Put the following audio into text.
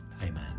Amen